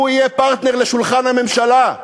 הוא יהיה פרטנר לשולחן הממשלה.